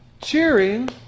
cheering